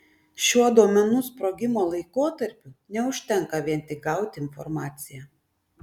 šiuo duomenų sprogimo laikotarpiu neužtenka vien tik gauti informaciją